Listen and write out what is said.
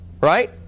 Right